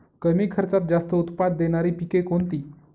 कमी खर्चात जास्त उत्पाद देणारी पिके कोणती?